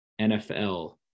NFL